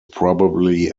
probably